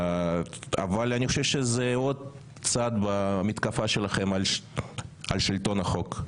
אבל אני חושב שזה עוד צד במתקפה שלכם על שלטון החוק.